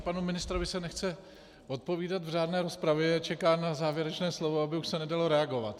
Já vidím, že panu ministrovi se nechce odpovídat v řádné rozpravě, čeká na závěrečné slovo, aby už se nedalo reagovat.